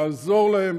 לעזור להם,